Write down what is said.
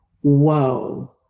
Whoa